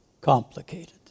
complicated